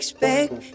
expect